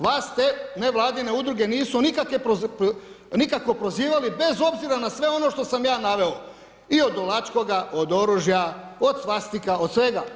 Vas te nevladine udruge nisu nikako prozivali bez obzira na sve ono što sam ja naveo i od Dolačkoga, od oružja, od „Svastika“, od svega.